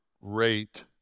rate